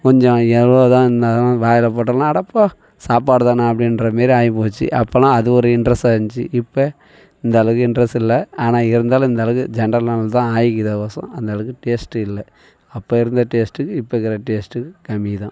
கொஞ்சம் எவ்வளோ தான் இருந்தாலும் வாயில் போட்டோம்னா அடப்போ சாப்பாடு தான அப்படின்றமேரி ஆகிப்போச்சி அப்போலாம் அது ஒரு இண்ட்ரெஸ்ட்டாக இருந்துச்சு இப்போ இந்த அளவுக்கு இண்ட்ரெஸ்ட் இல்லை ஆனால் இருந்தாலும் இந்த அளவுக்கு ஜென்ரல் நாலேஜ் தான் ஆகிக்கிற வோசறோம் அந்த அளவுக்கு டேஸ்ட் இல்லை அப்போ இருந்த டேஸ்டுக்கு இப்போ இருக்கிற டேஸ்டுக்கு கம்மி தான்